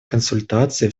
консультации